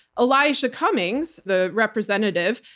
elijah cummings, the representative,